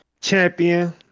champion